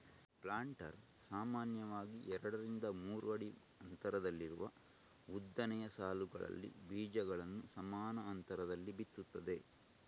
planter ಸಾಮಾನ್ಯವಾಗಿ ಎರಡರಿಂದ ಮೂರು ಅಡಿ ಅಂತರದಲ್ಲಿರುವ ಉದ್ದನೆಯ ಸಾಲುಗಳಲ್ಲಿ ಬೀಜಗಳನ್ನ ಸಮಾನ ಅಂತರದಲ್ಲಿ ಬಿತ್ತುತ್ತದೆ